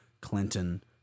Clinton